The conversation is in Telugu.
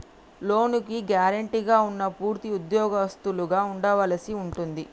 లోనుకి గ్యారెంటీగా ఉన్నా పూర్తి ఉద్యోగస్తులుగా ఉండవలసి ఉంటుంది